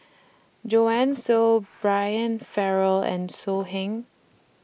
Joanne Soo Brian Farrell and So Heng